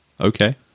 Okay